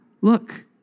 look